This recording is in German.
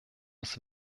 uns